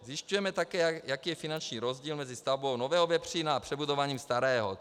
Zjišťujeme také, jaký je finanční rozdíl mezi stavbou nového vepřína a přebudováním starého.